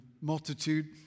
multitude